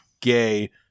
gay